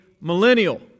millennial